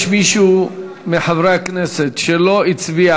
יש מישהו מחברי הכנסת שלא הצביע,